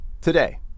today